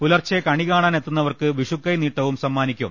പുലർച്ചെ കണി കാണാനെത്തുന്ന വർക്ക് വിഷുക്കൈനീട്ടവും സമ്മാനിക്കും